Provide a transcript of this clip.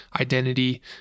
identity